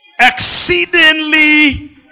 exceedingly